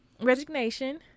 resignation